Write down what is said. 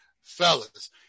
fellas